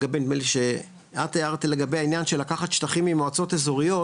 נדמה לי את הערת לגבי העניין של לקחת שטחים ממועצות אזוריות,